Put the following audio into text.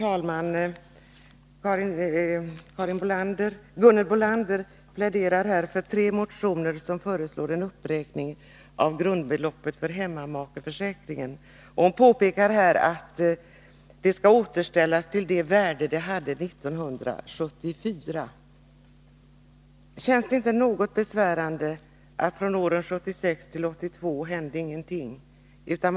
Herr talman! Gunhild Bolander pläderar här för tre motioner, vari det föreslås en uppräkning av grundbeloppet för hemmamakeförsäkringen. Hon anser att beloppet skall återställas till det värde det hade 1974. Känns det inte något besvärande att det under åren 1976 till 1982 inte hände någonting?